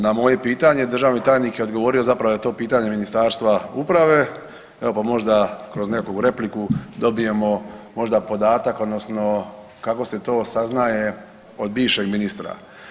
Na moje pitanje državni tajnik je odgovorio zapravo je to pitanje Ministarstva uprave, evo pa možda kroz neku repliku dobijemo možda podatak odnosno kako se to saznaje od bivšeg ministra.